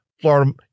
Florida